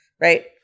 right